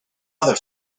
other